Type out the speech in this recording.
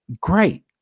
Great